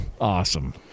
awesome